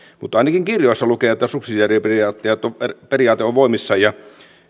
mutta ainakin kirjoissa lukee että subsidiariteettiperiaate on voimissaan ja